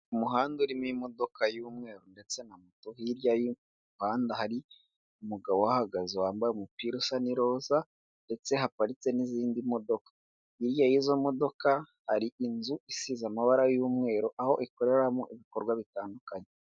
Umuhanda urimo imodoka y'umweru ndetse na moto, hirya y'umuhanda hari umugabo uhagaze wambaye umupira usa n'iroza ndetse haparitse n'izindi modoka, hirya yizo modoka hari inzu isize amabara y'umweru aho ikoreramo ibikorwa bitandukanye.